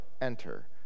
enter